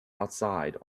outside